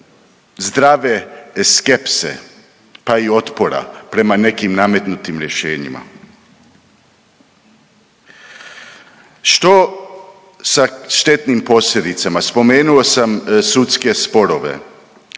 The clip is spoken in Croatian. zdrave skepse pa i otpora prema nekim nametnutim rješenjima. Što sa štetnim posljedicama? Spomenuo sam sudske sporove.